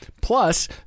Plus